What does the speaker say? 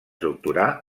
doctorà